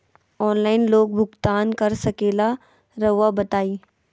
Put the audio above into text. Online loan भुगतान कर सकेला राउआ बताई?